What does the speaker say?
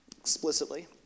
explicitly